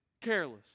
Careless